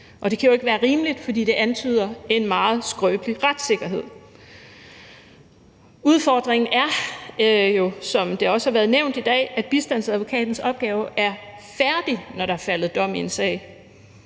Og det kan jo ikke være rimeligt, for det antyder, at der er en meget skrøbelig retssikkerhed. Udfordringen er jo, som det også har været nævnt i dag, at bistandsadvokatens opgave er færdig, når der er faldet dom i en sag.